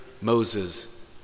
Moses